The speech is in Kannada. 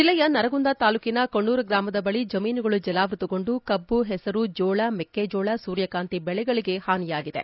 ಜಿಲ್ಲೆಯ ನರಗುಂದ ತಾಲ್ಲೂಕಿನ ಕೊಣ್ಡೂರ ಗ್ರಾಮದ ಬಳಿ ಜಮೀನುಗಳು ಜಲಾವೃತಗೊಂಡು ಕಬ್ಬು ಹೆಸರು ಜೋಳ ಮೆಕ್ಕೆ ಜೋಳ ಸೂರ್ಯಕಾಂತಿ ಬೆಳೆಗಳಿಗೆ ಹಾನಿಯಾಗಿದೆ